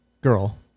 girl